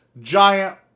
giant